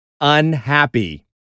Unhappy